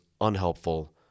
unhelpful